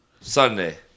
Sunday